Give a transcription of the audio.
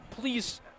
please